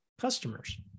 customers